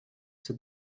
said